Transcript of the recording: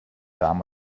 damen